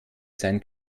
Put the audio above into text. sein